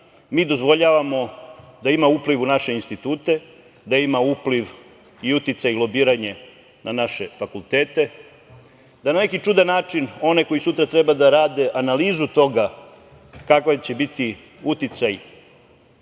mi dozvoljavamo da ima upliv u naše institute, da ima upliv i uticaj, lobiranje na naše fakultete, da na neki čudan način one koji sutra treba da rade analizu toga kakav će biti uticaj